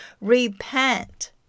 Repent